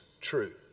true